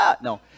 No